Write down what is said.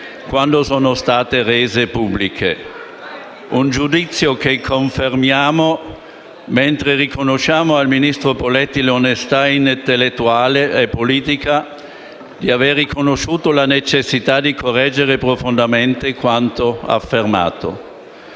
quando sono state rese pubbliche; confermiamo tale giudizio, mentre riconosciamo al ministro Poletti l'onestà intellettuale e politica di aver riconosciuto la necessità di correggere profondamente quanto affermato.